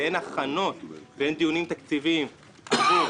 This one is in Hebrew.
ואין הכנות ואין דיונים תקציביים עבור